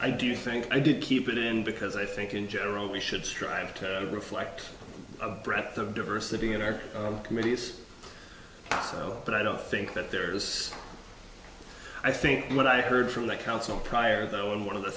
i do think i did keep it in because i think in general we should strive to reflect a breadth of diversity in our committees so that i don't think that there is i think what i heard from the counsel prior though and one of the